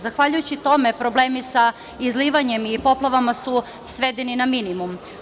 Zahvaljujući tome, problemi sa izlivanjem i poplavama su svedeni na minimum.